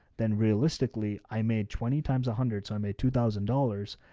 then realistically i made twenty times a hundred. so i made two thousand dollars.